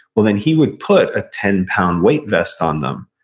well then he would put a ten pound weight vest on them,